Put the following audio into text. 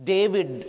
David